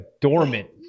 dormant